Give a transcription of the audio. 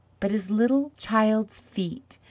but his little child's feet,